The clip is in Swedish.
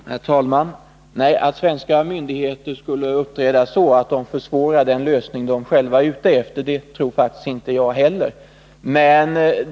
Herr talman! Nej, att svenska myndigheter skulle uppträda så att de försvårar den lösning som de själva är ute efter tror faktiskt inte jag heller.